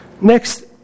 Next